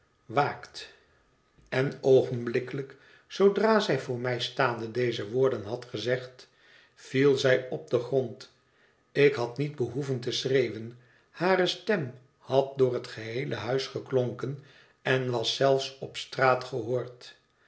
waakt en oogenblikkelijk zoodra zij voor mij staande deze woorden had gezegd viel zij op den grond ik had niet behoeven te schreeuwen hare stem had door het geheele huis geklonken en was zelfs op straat gehoord